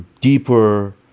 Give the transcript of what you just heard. deeper